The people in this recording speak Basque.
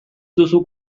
duzu